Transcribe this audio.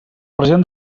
president